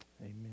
Amen